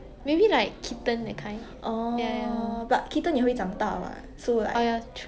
maybe like kitten that kind oh ya true